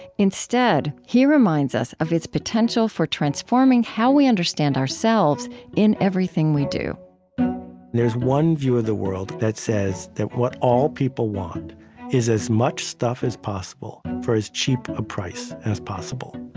instead, he reminds us of its potential for transforming how we understand ourselves in everything we do there's one view of the world that says that what all people want is as much stuff as possible for as cheap a price as possible.